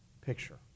picture